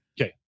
Okay